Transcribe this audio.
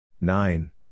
nine